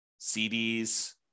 CDs